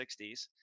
60s